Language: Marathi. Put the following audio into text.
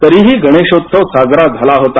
तरीही गणेशोत्सव साजरा झाला होता